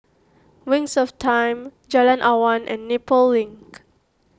Wings of Time Jalan Awan and Nepal Link